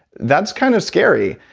that's kind of scary.